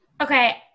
okay